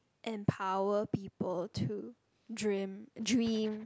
empower people to dream dream